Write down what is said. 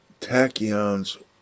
tachyons